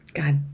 god